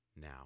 now